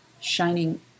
shining